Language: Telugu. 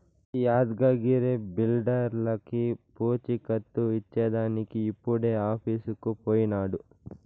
ఈ యాద్గగిరి బిల్డర్లకీ పూచీకత్తు ఇచ్చేదానికి ఇప్పుడే ఆఫీసుకు పోయినాడు